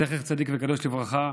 זכר צדיק וקדוש לברכה,